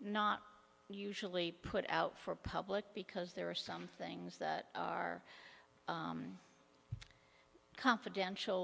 not usually put out for public because there are some things that are confidential